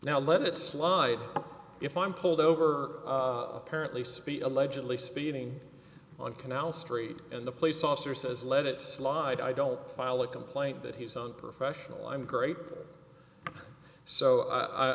now let it slide if i'm pulled over apparently speed allegedly speeding on canal street and the police officer says let it slide i don't file a complaint that he was unprofessional i'm great so i